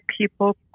people